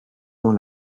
dans